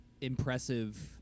impressive